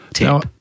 Now